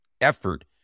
effort